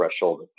threshold